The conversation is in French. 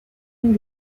une